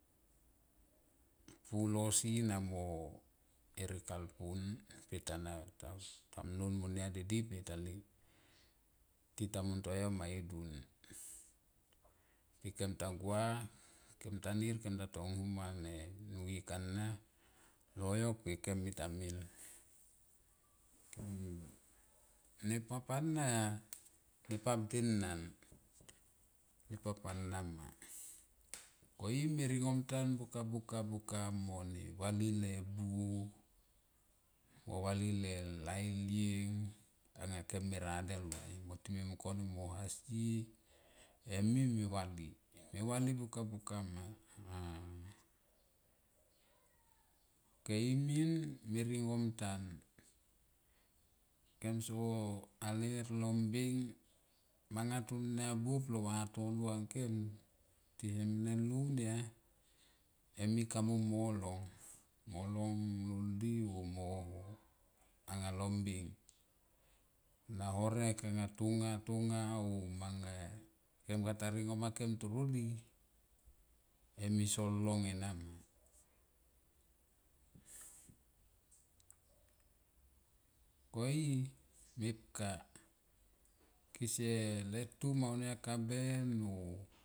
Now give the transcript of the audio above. Pulo si na mo herek hapun pe tamlan mona de di tita muntua yo ma i dun per kem ta gua kem ta nir kem ta tong num ma nuyek an loyok pek kem mita mil koyu. Nepap ana, nepap denan nepap ana ma ko i me ningom tan buka. buka. buka mo ne vali le buo m avali le lailteng anga kem me radel vai mo ti me mung kane mo haise em i me vali buka. buka ma a a ok e min me ringam ntan kem sa a ler lo mbeng manga tonia buap lo vatono ang kem ti ne me lunia em i kamu mo long. Mo long lol di o anga lombeng na harek anga tonga. tonga o manga kem kata ningo makem toro di em i son long ena ma ko e mepka kese letum aunia kaben o.